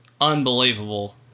unbelievable